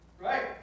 Right